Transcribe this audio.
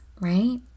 right